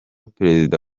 perezida